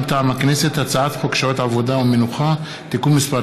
מטעם הכנסת: הצעת חוק שעות עבודה ומנוחה (תיקון מס'